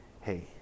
Hey